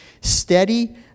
Steady